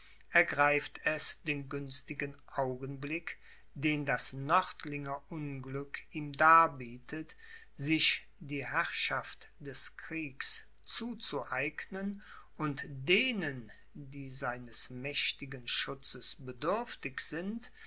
ergreift es den günstigen augenblick den das nördlinger unglück ihm darbietet sich die herrschaft des kriegs zuzueignen und denen die seines mächtigen schutzes bedürftig sind